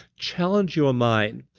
challenge your mind.